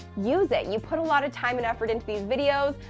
use it. you put a lot of time and effort into these videos,